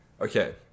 Okay